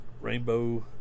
rainbow